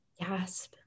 Yes